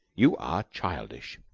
you are childish!